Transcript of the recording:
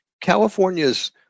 California's